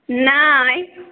नहि